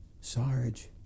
Sarge